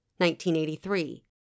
1983